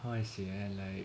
how I say eh